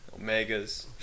omegas